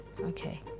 okay